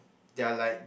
they are like